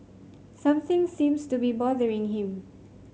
something seems to be bothering him